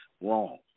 Wrong